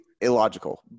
illogical